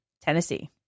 Tennessee